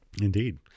Indeed